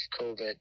COVID